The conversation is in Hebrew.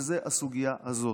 וזה הסוגיה הזאת.